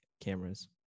cameras